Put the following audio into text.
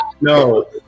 no